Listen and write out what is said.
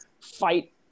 fight